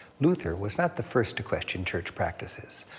luther was not the first to question church practices,